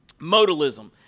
modalism